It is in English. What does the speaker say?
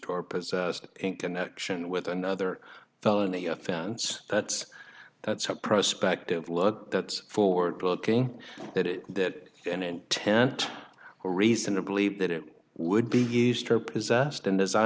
or possessed in connection with another felony offense that's that's a prospective look that's forward looking that it that and intent or reason to believe that it would be used or possessed and as i